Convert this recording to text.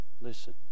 Listen